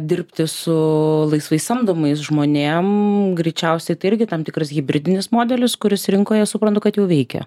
dirbti su laisvai samdomais žmonėm greičiausiai tai irgi tam tikrus hibridinis modelis kuris rinkoje suprantu kad jau veikia